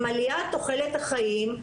עם עליית תוחלת החיים,